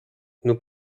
nous